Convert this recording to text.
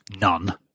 none